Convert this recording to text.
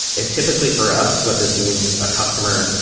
ah typically, for us, what this means is a customer,